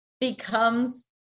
becomes